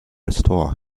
restore